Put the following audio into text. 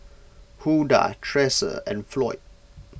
Huldah Tresa and Floyd